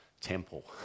temple